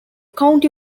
county